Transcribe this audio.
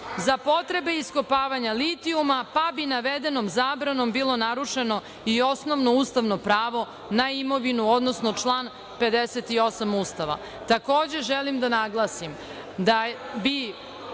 za potrebe iskopavanja litijuma, pa bi navedenom zabranom bilo narušeno i osnovno ustavno pravo na imovinu, odnosno član 58. Ustava. Takođe želim da naglasim da bi